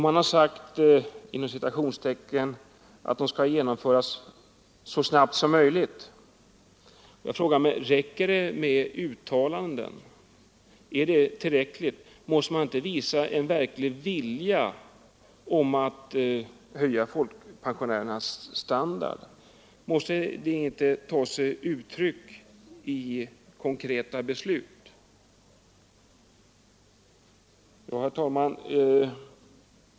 Man har sagt att dessa skall genomföras ”så snabbt som möjligt”. Jag frågar mig om det är tillräckligt med uttalanden. Måste man inte visa en verklig vilja att höja folkpensionärernas standard? Bör den inte ta sig uttryck i konkreta beslut? Herr talman!